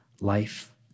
Life